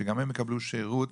שגם הם יקבלו שירות,